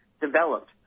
developed